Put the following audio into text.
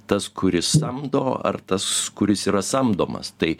tas kuris samdo ar tas kuris yra samdomas tai